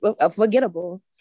Unforgettable